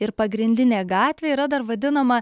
ir pagrindinė gatvė yra dar vadinama